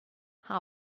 how